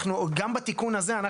גם בתיקון הזה,